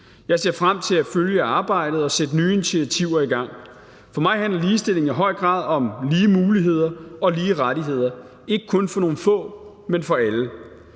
Jeg ser frem til at følge arbejdet og sætte nye initiativer i gang. For mig handler ligestilling i høj grad om lige muligheder og lige rettigheder, ikke kun for nogle få, men for alle,